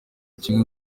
kimwe